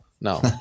no